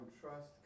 trust